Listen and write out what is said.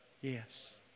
Yes